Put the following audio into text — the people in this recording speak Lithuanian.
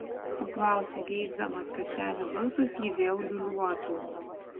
paklausė geisdamas kad senio balsas jį vėl liūliuotų